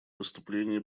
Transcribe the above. выступление